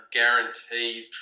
guarantees